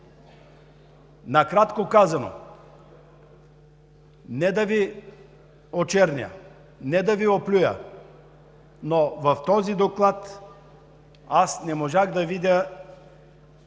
Накратко казано, не да Ви очерня, не да Ви оплюя, но в този доклад аз не можах да видя